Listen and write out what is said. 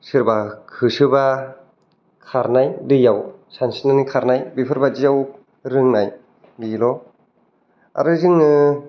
सोरबा होसोबा खारनाय दैयाव सानस्रिनानै खारनाय बेफोरबादियाव रोंनाय बिल' आरो जोङो